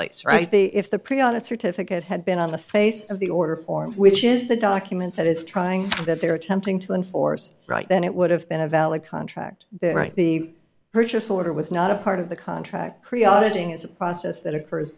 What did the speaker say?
place right if the prion a certificate had been on the face of the order form which is the document that is trying that they're attempting to enforce right then it would have been a valid contract write the purchase order was not a part of the contract creo auditing is a process that occurs